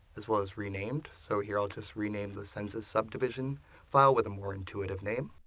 as well as renamed. so here i'll just rename the census subdivisions file with a more intuitive name.